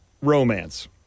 Romance